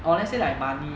or let's say like money